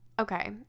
okay